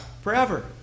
forever